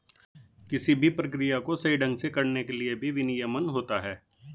किसी भी प्रक्रिया को सही ढंग से करने के लिए भी विनियमन होता है